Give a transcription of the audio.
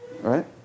right